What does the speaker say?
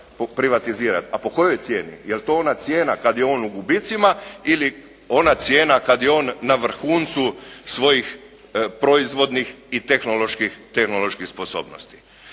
A pokojoj cijeni? Jel' to ona cijena kada je on u gubicima ili ona cijena kada je on na vrhuncu svojih proizvodnih i tehnoloških sposobnosti.